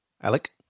Alec